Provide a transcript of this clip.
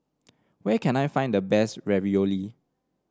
where can I find the best Ravioli